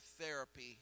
therapy